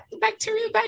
bacterial